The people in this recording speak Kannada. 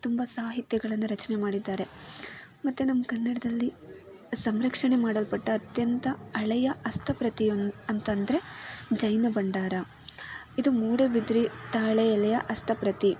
ತುಂಬ ಸಾಹಿತ್ಯಗಳನ್ನು ರಚನೆ ಮಾಡಿದ್ದಾರೆ ಮತ್ತು ನಮ್ಮ ಕನ್ನಡದಲ್ಲಿ ಸಂರಕ್ಷಣೆ ಮಾಡಲ್ಪಟ್ಟ ಅತ್ಯಂತ ಹಳೆಯ ಹಸ್ತಪ್ರತಿಯೊಂದು ಅಂತ ಅಂದರೆ ಜೈನ ಭಂಡಾರ ಇದು ಮೂಡಬಿದಿರೆ ತಾಳೆ ಎಲೆಯ ಹಸ್ತಪ್ರತಿ